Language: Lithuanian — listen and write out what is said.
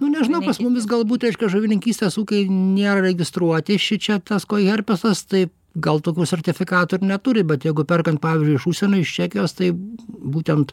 nu nežinau pas mumis galbūt reiškia žuvininkystės ūkiai nėra registruoti šičia tas koherpesas tai gal tokių sertifikatų ir neturi bet jeigu perkant pavyzdžiui iš užsienio iš čekijos tai būtent